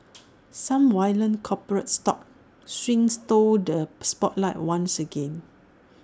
some violent corporate stock swings stole the spotlight once again